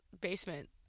basement